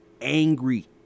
angry